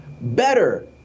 better